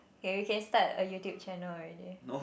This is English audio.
okay we can start a YouTube channel already